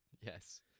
Yes